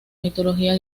mitología